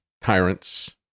tyrants